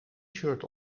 shirt